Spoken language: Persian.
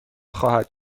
خواهد